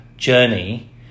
Journey